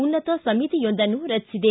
ಉನ್ನತ ಸಮಿತಿಯೊಂದನ್ನು ರಚಿಸಿದೆ